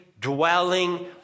dwelling